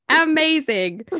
amazing